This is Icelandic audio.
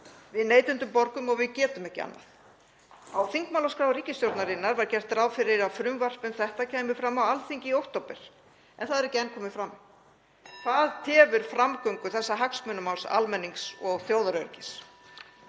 við neytendur borgum og getum ekki annað. Á þingmálaskrá ríkisstjórnarinnar var gert ráð fyrir að frumvarp um þetta kæmi fram á Alþingi í október en það er ekki enn komið fram. Hvað tefur framgöngu þessa hagsmunamáls almennings og þjóðaröryggis?